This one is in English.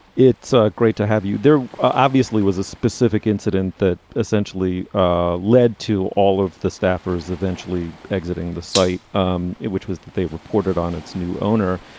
it's ah great to have you. there obviously was a specific incident that essentially ah led to all of the staffers eventually exiting the site um which was that they reported on its new owner.